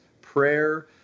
prayer—